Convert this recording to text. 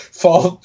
fall